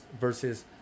versus